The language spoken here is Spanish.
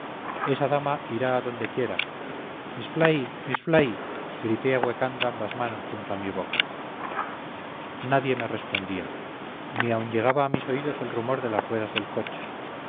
miss fly grité ahuecando ambas manos junto a mi boca nadie me respondía ni aun llegaba a mis oídos el rumor de las ruedas del coche